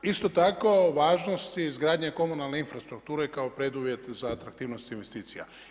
Isto tako i važnost izgradnje komunalne infrastrukture kao preduvjet za atraktivnost investicija.